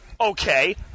Okay